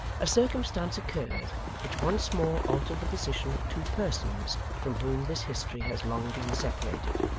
a circumstance occurred which once more altered the position of two persons from whom this history has long been separated,